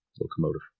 locomotive